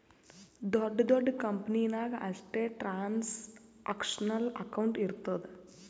ದೊಡ್ಡ ದೊಡ್ಡ ಕಂಪನಿ ನಾಗ್ ಅಷ್ಟೇ ಟ್ರಾನ್ಸ್ಅಕ್ಷನಲ್ ಅಕೌಂಟ್ ಇರ್ತುದ್